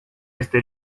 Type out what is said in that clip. este